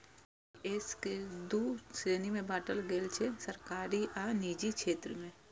NPS कें दू श्रेणी मे बांटल गेल छै, सरकारी आ निजी क्षेत्र